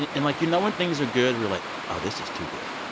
and and, like, you know when things are good? you're like, oh, this is too good.